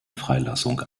freilassung